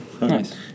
Nice